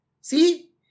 See